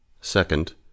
second